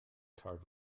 card